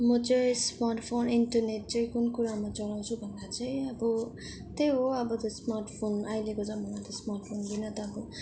म चाहिँ smart phone internet चाहिँ कुन कुरामा चलाउँछु भन्दा चाहिँ अब त्यही हो अब स्मार्ट फोन अहिलेको जमानामा स्मार्ट फोनबिना त अब